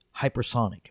hypersonic